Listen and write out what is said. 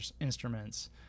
instruments